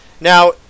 now